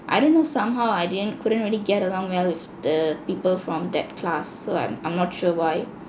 I don't know somehow I didn't couldn't really get along well with the people from that class so I'm I'm not sure why